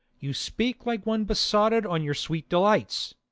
you speak like one besotted on your sweet delights.